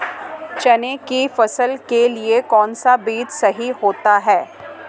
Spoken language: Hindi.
चने की फसल के लिए कौनसा बीज सही होता है?